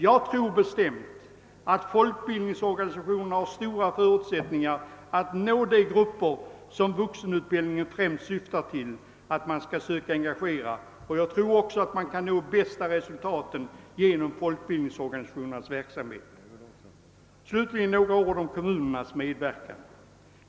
Jag är förvissad om att folkbildningsorganisationerna har stora förutsättningar att nå de grupper som vuxenutbildningen främst syftar till att söka engagera, och jag tror också att man når de bästa resultaten genom folkbildningsorganisationernas verksamhet. Slutligen några ord om kommunernas medverkan.